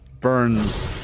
burns